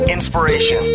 Inspiration